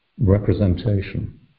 representation